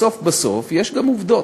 בסוף בסוף יש גם עובדות.